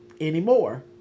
anymore